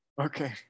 okay